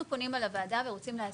אנחנו פונים אל הוועדה ורוצים להסביר,